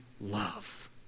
love